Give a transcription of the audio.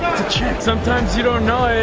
chick sometimes you don't know.